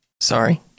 Sorry